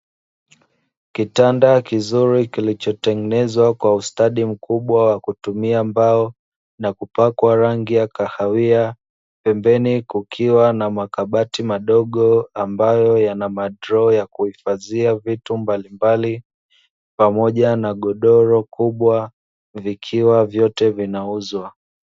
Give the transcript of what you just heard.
Kitanda kizuri kilichotengenezwa kwa ustadi mkubwa wa kutumia mbao na kupakwa rangi ya kahawia, pembeni kukiwa na makabati madogo ambayo yana madroo ya kuhifadhia vitu mbalimbali pamoja na godoro kubwa vikiwa vyote vinauzwa.